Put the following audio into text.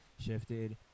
shifted